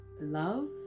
love